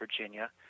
Virginia